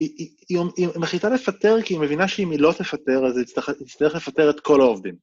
היא מחליטה לפטר כי היא מבינה שאם היא לא תפטר אז היא צריכה לפטר את כל העובדים.